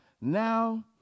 now